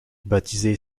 baptisé